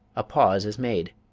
a pause is made,